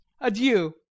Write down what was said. adieu